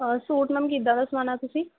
suit ma'am ਕਿੱਦਾਂ ਦਾ ਸਵਾਣਾ ਤੁਸੀਂ